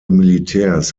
militärs